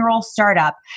startup